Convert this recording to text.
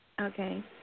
Okay